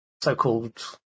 so-called